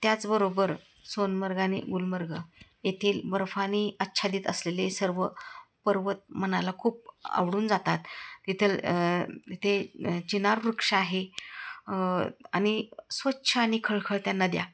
त्याचबरोबर सोनमर्ग आणि गुलमर्ग येथील बर्फानी अच्छादित असलेले सर्व पर्वत मनाला खूप आवडून जातात तथेल इथे चिनार वृक्ष आहे आणि स्वच्छ आणि खळखळत्या नद्या